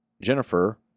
Jennifer